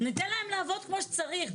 ניתן להם לעבוד כמו שצריך.